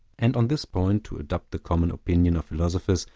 and on this point to adopt the common opinion of philosophers,